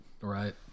right